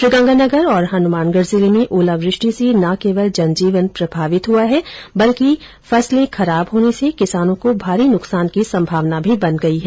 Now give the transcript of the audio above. श्रीगंगानगर और हनुमानगढ़ जिले में ओलावृष्टि से न केवल जनजीवन प्रभावित हुआ है बल्कि फसले खराब होने से किसानों को भारी नुकसान की संभावना भी बन गई है